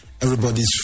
everybody's